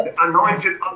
Anointed